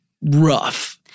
rough